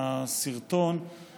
האם השר אוחנה או השר ניסנקורן נמצאים